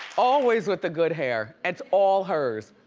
always with the good hair, it's all hers.